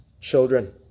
children